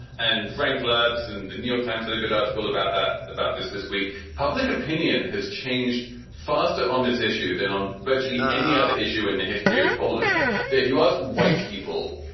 and frank ladd's and neil times had a good article about that, about this this week. public opinion has changed faster on this issue than on virtually any other issue in the history of polling day. if you ask white people.